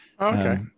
okay